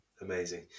amazing